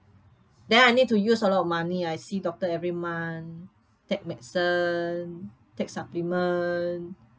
then I need to use a lot of money I see doctor every month take medicine take supplement